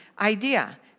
idea